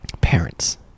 parents